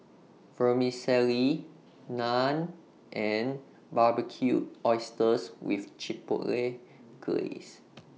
Vermicelli Naan and Barbecued Oysters with Chipotle Glaze